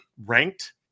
ranked